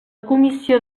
comissió